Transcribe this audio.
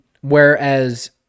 whereas